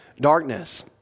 darkness